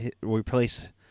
replace